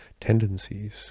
tendencies